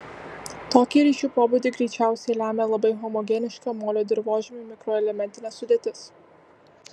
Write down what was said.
tokį ryšių pobūdį greičiausiai lemia labai homogeniška molio dirvožemių mikroelementinė sudėtis